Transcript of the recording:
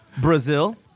Brazil